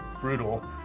brutal